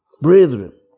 Brethren